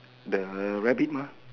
the rabbit mah